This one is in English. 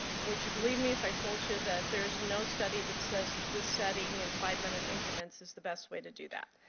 would you believe me if i told you that there is no study that says this setting in five minute increments is the best way to do that?